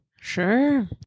Sure